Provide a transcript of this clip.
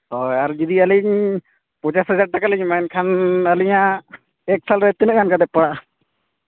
ᱦᱳᱭ ᱟᱨ ᱡᱩᱫᱤ ᱟᱹᱞᱤᱧ ᱯᱚᱸᱪᱟᱥ ᱦᱟᱡᱟᱨ ᱴᱟᱠᱟ ᱞᱤᱧ ᱮᱢᱟ ᱢᱮᱱᱠᱷᱟᱱ ᱟᱹᱞᱤᱧᱟᱹᱜ ᱮᱹᱠ ᱥᱟᱞ ᱨᱮ ᱛᱤᱱᱟᱹᱜ ᱜᱟᱱ ᱠᱟᱛᱮ ᱯᱟᱲᱟᱜᱼᱟ